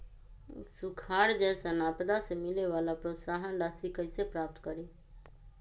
सुखार जैसन आपदा से मिले वाला प्रोत्साहन राशि कईसे प्राप्त करी?